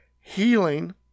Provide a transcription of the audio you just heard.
healing